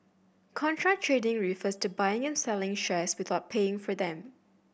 contra trading refers to buying and selling shares without paying for them